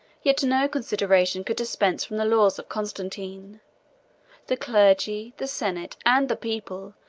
yet no consideration could dispense from the law of constantine the clergy, the senate, and the people,